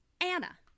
Anna